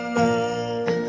love